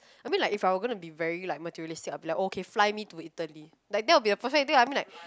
I mean like if I were going to be very like materialistic I'll be like okay fly me to Italy like that would be the perfect date lah I mean like